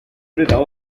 siempre